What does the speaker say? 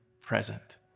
present